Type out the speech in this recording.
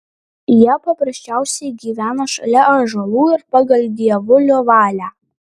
jie paprasčiausiai gyveno šalia ąžuolų ir pagal dievulio valią